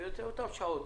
וזה יוצא באותן שעות,